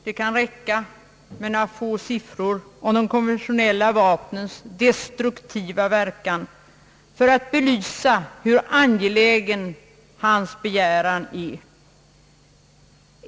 Det kan räcka med några få siffror om de konventionella vapnens destruktiva verkan för att belysa hur angelägen Krags begäran är.